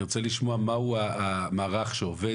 אני רוצה לשמוע מה הוא המערך שעובד,